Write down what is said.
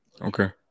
Okay